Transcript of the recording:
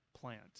plant